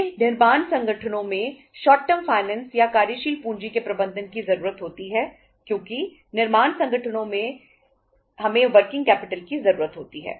हमें निर्माण संगठनों में शॉर्ट टर्म फाइनेंस या कार्यशील पूंजी के प्रबंधन की जरूरत होती है क्योंकि निर्माण संगठनों में ही हमें वर्किंग कैपिटल की जरूरत होती है